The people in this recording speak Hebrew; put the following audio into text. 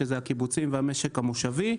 שהם הקיבוצים והמשק המושבי,